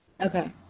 okay